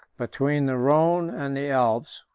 between the rhone and the alps,